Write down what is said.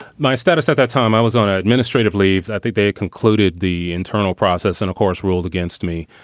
my status at that time, i was on ah administrative leave that they they concluded the internal process and of course, ruled against me.